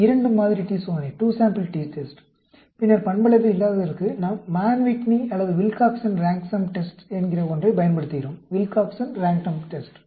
இரண்டு மாதிரி t -சோதனை பின்னர் பண்பளவை இல்லாததற்கு நாம் மான் விட்னி அல்லது வில்காக்சன் ரேங்க் சம் டெஸ்ட் என்கிற ஒன்றை பயன்படுத்துகிறோம் வில்காக்சன் ரேங்க் சம் டெஸ்ட்